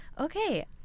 okay